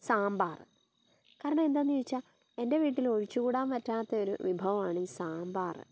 സാമ്പാർ കാരണം എന്താന്ന് ചോദിച്ചാൽ എൻ്റെ വീട്ടിൽ ഒഴിച്ച് കൂടാൻ പറ്റാത്തൊരു വിഭവമാണി സാമ്പാർ